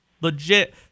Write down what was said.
legit